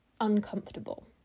uncomfortable